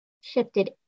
shifted